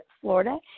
Florida